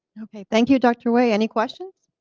thank you, dr. wei, any questions?